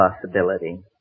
possibility